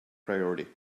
priority